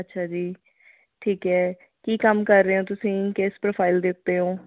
ਅੱਛਾ ਜੀ ਠੀਕ ਹੈ ਕੀ ਕੰਮ ਕਰ ਰਹੇ ਹੋ ਤੁਸੀਂ ਕਿਸ ਪ੍ਰੋਫਾਈਲ ਦੇ ਉੱਤੇ ਹੋ